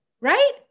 right